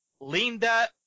Linda